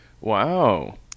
Wow